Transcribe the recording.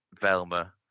Velma